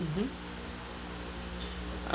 mmhmm ah